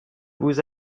vous